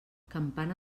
campana